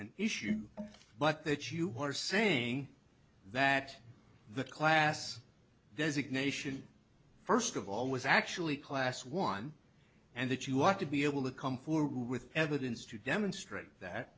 an issue but that you are saying that the class designation first of all was actually class one and that you ought to be able to come forward with evidence to demonstrate that